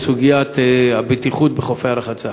לסוגיית הבטיחות בחופי הרחצה.